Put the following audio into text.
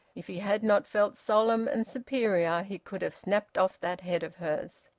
if he had not felt solemn and superior, he could have snapped off that head of hers.